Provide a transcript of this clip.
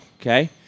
Okay